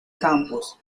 campos